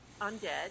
undead